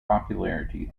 popularity